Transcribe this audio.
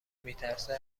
میترسه